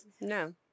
No